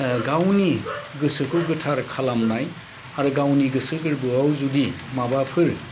ओ गावनि गोसोखौ गोथार खालामनाय आरो गावनि गोसो गोरबोआव जुदि माबाफोर